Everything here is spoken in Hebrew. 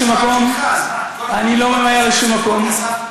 אני לא סגן,